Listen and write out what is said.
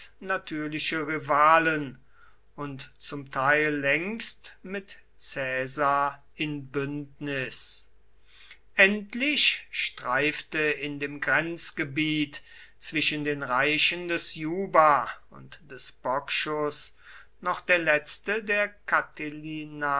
natürliche rivalen und zum teil längst mit caesar in bündnis endlich streifte in dem grenzgebiet zwischen den reichen des juba und des bocchus noch der letzte der